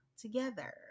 together